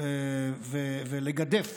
ולגדף